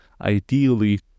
ideally